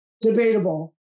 debatable